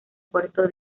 puerto